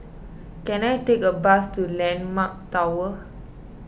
can I take a bus to Landmark Tower